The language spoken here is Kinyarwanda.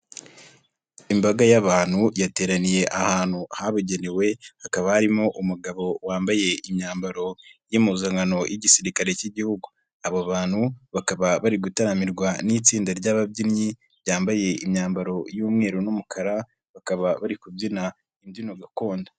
Imbaga y'abantu yateraniye ahantu habugenewe hakaba harimo umugabo wambaye imyambaro y'impuzankano y'Igisirikare k'Igihugu, aba bantu bakaba bari gutaramirwa n'itsinda ry'ababyinnyi ryambaye imyambaro y'umweru n'umukara bakaba bari kubyina imbyino gakondo.